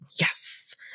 Yes